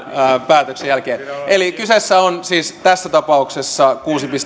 päätöksen jälkeen eli kyseessä on siis tässä tapauksessa kuusi pilkku